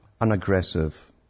unaggressive